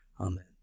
Amen